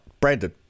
Brandon